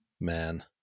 Man